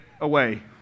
away